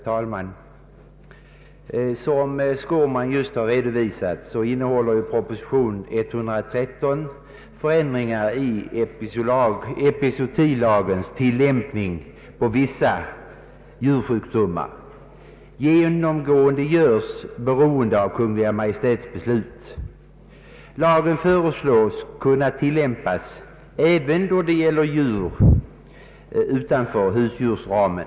Herr talman! Som herr Skårman just redovisat innehåller proposition 113 förslag till förändringar i epizootilagens tillämpning på vissa djursjukdo Lagen föreslås kunna tillämpas även då det gäller djur utanför husdjursramen.